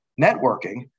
networking